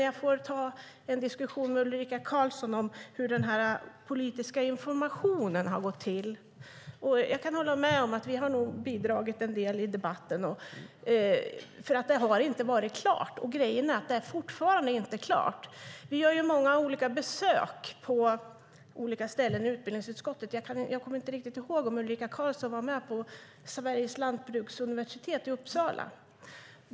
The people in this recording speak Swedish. Jag får ta en diskussion med Ulrika Carlsson om hur den politiska informationen har gått till. Jag kan hålla med om att vi nog har bidragit en del i debatten, för det har inte varit klart. Grejen är att det fortfarande inte är klart. Vi gör ju många olika besök på olika ställen med utbildningsutskottet. Jag kommer inte riktigt ihåg om Ulrika Carlsson var med på Sveriges lantbruksuniversitet i Uppsala.